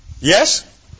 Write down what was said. yes